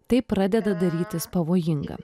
tai pradeda darytis pavojinga